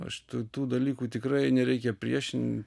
aš tų tų dalykų tikrai nereikia priešint